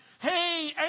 hey